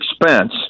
expense